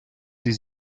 sie